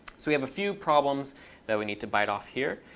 so we have a few problems that we need to bite off here.